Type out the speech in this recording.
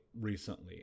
recently